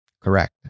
correct